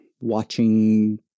watching